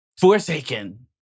Forsaken